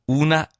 una